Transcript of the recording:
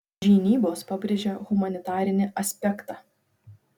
žinybos pabrėžia humanitarinį aspektą